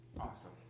Awesome